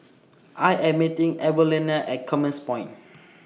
I Am meeting Evelena At Commerce Point